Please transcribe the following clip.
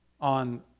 on